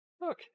Look